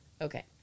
Okay